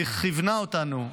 וכיוונה אותנו,